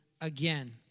again